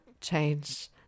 change